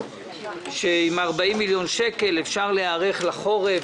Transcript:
שעם ה-40 מיליון שקל אפשר להיערך לחורף,